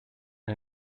der